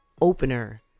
opener